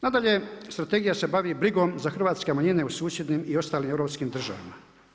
Nadalje, strategija se bavi brigom za hrvatske manjine u susjednim i ostalim europskim državama.